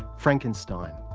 frankenstein.